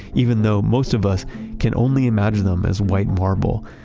even though most of us can only imagine them as white marble.